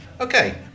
Okay